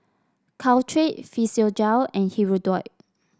Caltrate Physiogel and Hirudoid